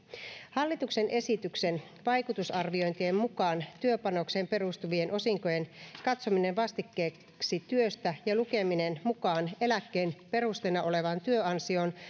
hallituksen esityksen vaikutusarviointien mukaan työpanokseen perustuvien osinkojen katsominen vastikkeeksi työstä ja lukeminen mukaan eläkkeen perusteena olevaan työansioon